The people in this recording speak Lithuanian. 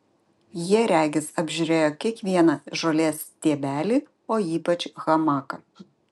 jie regis apžiūrėjo kiekvieną žolės stiebelį o ypač hamaką